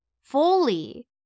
fully